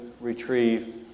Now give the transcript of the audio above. retrieve